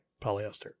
polyester